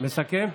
מסכם?